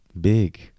big